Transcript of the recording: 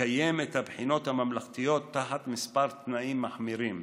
לקיים את הבחינות הממלכתיות תחת כמה תנאים מחמירים: